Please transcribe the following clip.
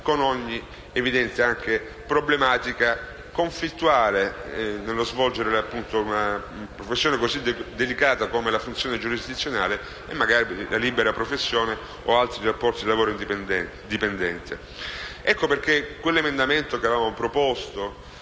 con ogni evidenza anche una problematica conflittuale nello svolgere una professione così delicata come la funzione giurisdizionale insieme alla libera professione o ad altri rapporti di lavoro dipendente. A tal proposito avevamo proposto